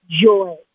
joy